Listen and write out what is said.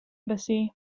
embassy